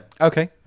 Okay